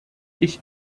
ich